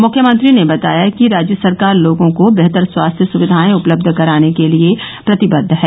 मुख्यमंत्री ने बताया कि राज्य सरकार लोगों को बेहतर स्वास्थ्य सुविधायें उपलब्य कराने के लिये प्रतिबद्व है